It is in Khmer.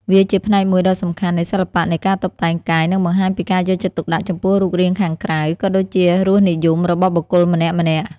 វាជាផ្នែកមួយដ៏សំខាន់នៃសិល្បៈនៃការតុបតែងកាយ និងបង្ហាញពីការយកចិត្តទុកដាក់ចំពោះរូបរាងខាងក្រៅ ក៏ដូចជារសនិយមរបស់បុគ្គលម្នាក់ៗ។